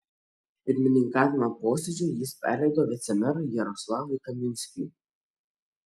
pirmininkavimą posėdžiui jis perleido vicemerui jaroslavui kaminskiui